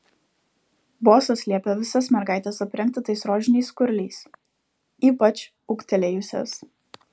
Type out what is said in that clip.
bosas liepia visas mergaites aprengti tais rožiniais skurliais ypač ūgtelėjusias